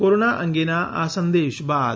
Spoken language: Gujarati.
કોરોના અંગેના આ સંદેશ બાદ